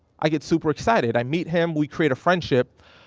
i get super excited, i meet him, we create a friendship.